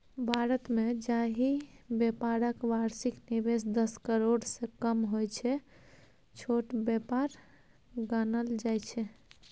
भारतमे जाहि बेपारक बार्षिक निबेश दस करोड़सँ कम होइ छै छोट बेपार गानल जाइ छै